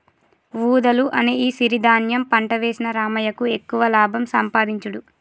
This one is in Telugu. వూదలు అనే ఈ సిరి ధాన్యం పంట వేసిన రామయ్యకు ఎక్కువ లాభం సంపాదించుడు